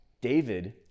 David